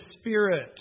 spirit